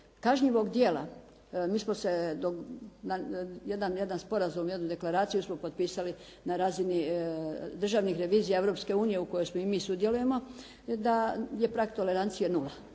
kažnjivog djela. Mi smo se na jedan sporazum, je li deklaraciju smo potpisali na razini državnih revizija Europske unije u kojoj smo i mi, sudjelujemo, da je prag tolerancije nula.